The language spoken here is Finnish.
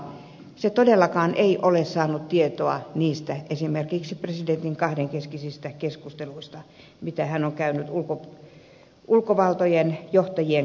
ulkoasiainvaliokunta ei todellakaan ole saanut tietoa esimerkiksi presidentin kahdenkeskisistä keskusteluista mitä hän on käynyt ulkovaltojen johtajien kanssa